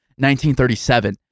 1937